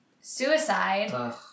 suicide